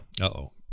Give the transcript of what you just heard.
Uh-oh